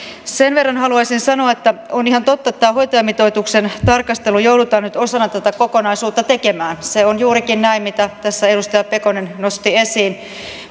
sen verran haluaisin sanoa että on ihan totta että tämä hoitajamitoituksen tarkastelu joudutaan nyt osana tätä kokonaisuutta tekemään se on juurikin näin mitä tässä edustaja pekonen nosti esiin